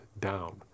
down